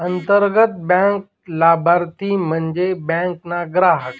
अंतर्गत बँक लाभारती म्हन्जे बँक ना ग्राहक